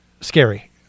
scary